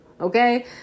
okay